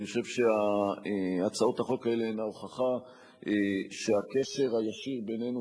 אני חושב שהצעות החוק האלה הן ההוכחה שהקשר הישיר בינינו,